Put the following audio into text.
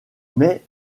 mais